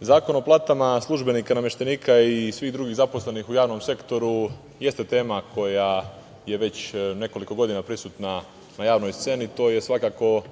Zakon o platama službenika, nameštenika i svih drugih zaposlenih u javnom sektoru jeste tema koja je već nekoliko godina prisutna na javnoj sceni. To je